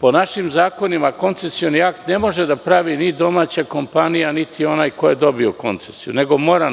Po našim zakonima, koncesioni akt ne može da pravi ni domaća kompanija niti onaj ko je dobio koncesiju, nego mora